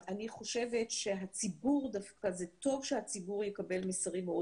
אני חושבת שטוב דווקא שהציבור יקבל מסרים מאוד